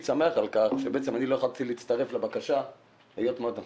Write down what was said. אני לא יכול להצטרף לבקשה היות ואנחנו